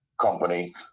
company